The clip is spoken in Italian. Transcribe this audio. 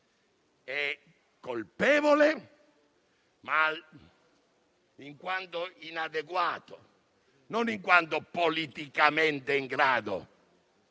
è colpevole in quanto inadeguato, e non in quanto politicamente in grado